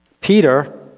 Peter